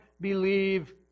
believe